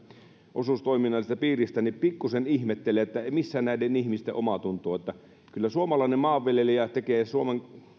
osuustoiminnan piiristä niin pikkusen ihmettelen missä näiden ihmisten omatunto on kyllä suomalainen maanviljelijä tekee suomen